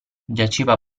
giaceva